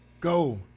Go